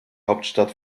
hauptstadt